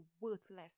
worthless